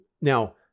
now